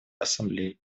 ассамблеей